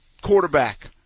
quarterback